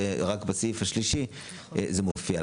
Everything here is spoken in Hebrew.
ורק בסעיף השלישי זה מופיע.